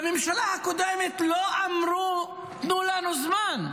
בממשלה הקודמת לא אמרו, תנו לנו זמן.